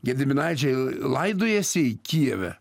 gediminaičiai laidojasi kijeve